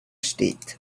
steht